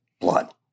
blood